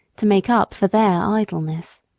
to make up for their idleness.